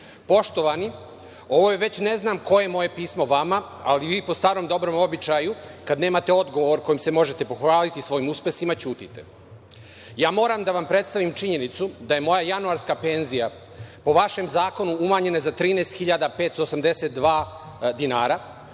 „Poštovani, ovo je već ne znam koje moje pismo vama, ali vi, po starom dobrom običaju, kada nemate odgovor kojim se možete pohvaliti svojim uspesima, ćutite. Ja moram da vam predstavim činjenicu da je moja januarska penzija po vašem zakonu umanjena za 13.582 dinara.